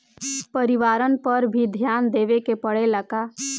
परिवारन पर भी ध्यान देवे के परेला का?